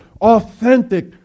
authentic